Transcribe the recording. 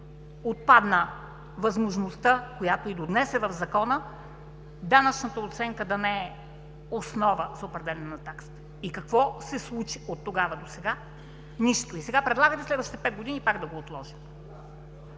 отпадна възможността, която и до днес е в закона – данъчната оценка да не е основа за определяне на таксата. Какво се случи от тогава досега? Нищо! Сега предлагате следващите пет години пак да го отложим.